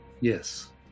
Yes